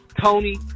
Tony